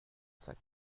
sac